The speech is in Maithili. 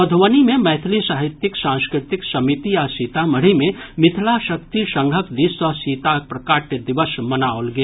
मधुबनी मे मैथिली साहित्यिक सांस्कृतिक समिति आ सीतामढ़ी मे मिथिला शक्ति संघक दिस सँ सीताक प्रकाट्य दिवस मनाओल गेल